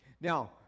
Now